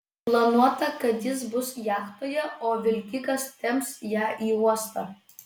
planuota kad jis bus jachtoje o vilkikas temps ją į uostą